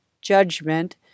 judgment